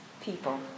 people